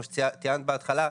כמו שציינת בהתחלה,